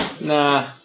Nah